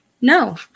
No